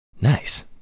nice